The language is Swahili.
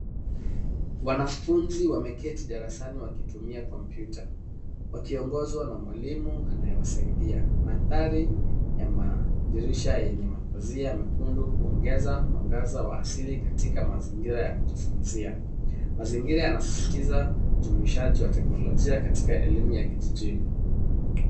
Wanafunzi wameketi darasani wakitumia kompyuta, wakiongozwa na mwalimu anayewasaidia. Mandhari ya madirisha yenye mapazia mekundu huongeza mwangaza wa asili katika mazingira ya kujifunzia. Mazingira yanasisitiza ujumuishaji wa teknolojia katika elimu ya kijijini.